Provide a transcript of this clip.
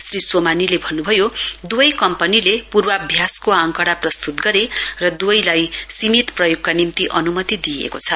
श्री सोमानीले भन्नुभयो दुवै कम्पनीले पूर्वाभ्यासको आंकडा प्रस्तूत गरे र दुवैलाई सीमित प्रयोगका निम्ति अन्मति दिइएको छ